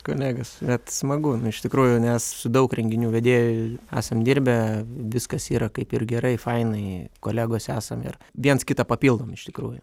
kolegos bet smagu iš tikrųjų nes su daug renginių vedėjų esam dirbę viskas yra kaip ir gerai fainai kolegos esam ir viens kitą papildom iš tikrųjų